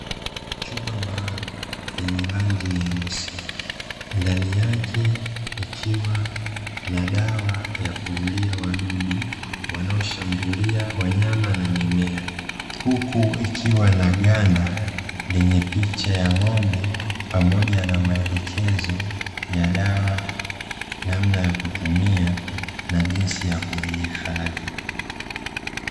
Chupa maalumu chenye rangi nyeusi, ndani yake ikiwa na dawa ya kuulia wadudu, wanaoshambulia wanyama na mimea, huku ikiwa na ganda lenye picha ya ng'ombe pamoja na maelekezo ya dawa namna ya kutumia na jinsi ya kuihifadhi.